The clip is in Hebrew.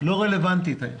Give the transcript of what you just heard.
לא רלוונטית היום.